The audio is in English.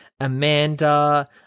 Amanda